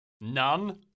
none